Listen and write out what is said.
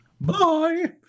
Bye